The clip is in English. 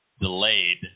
delayed